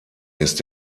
ist